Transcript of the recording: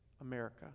America